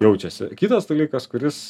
jaučiasi kitas dalykas kuris